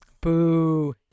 Boo